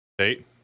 Eight